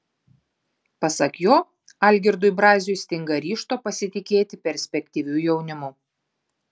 pasak jo algirdui braziui stinga ryžto pasitikėti perspektyviu jaunimu